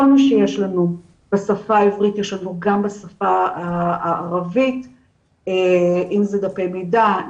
כל מה שיש לנו בשפה העברית יש לנו גם בשפה הערבית אם זה דפי מידע,